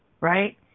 Right